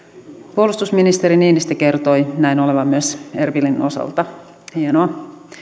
puolustusministeri niinistö kertoi näin olevan myös erbilin osalta hienoa